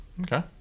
okay